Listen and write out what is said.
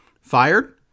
fired